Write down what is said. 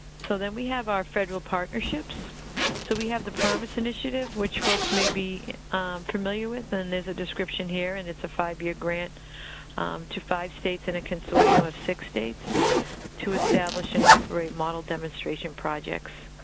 so then we have our federal partnerships. so we have the promise initiative, which folks may be familiar with, and there's a description here and it's a five-year grant to five states in a consortium of six states to establish and operate model demonstration projects